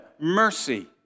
Mercy